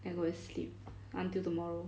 then I go and sleep until tomorrow